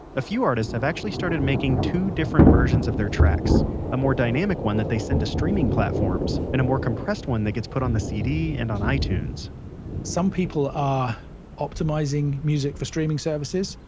a few artists have actually started making two different versions of their tracks a more dynamic one that they send to streaming platforms, and a more compressed one that gets put on the cd and on itunes some people are optimizing music for streaming services.